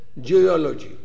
geology